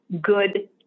good